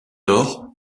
lors